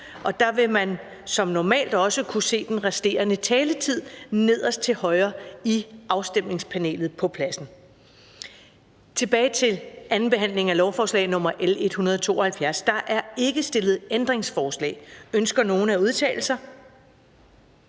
Man vil som normalt kunne se den resterende taletid nederst til højre i afstemningspanelet på pladsen. Så vender vi tilbage til andenbehandlingen af lovforslag nr. L 172. Der er ikke stillet ændringsforslag. Ønsker nogen at udtale sig?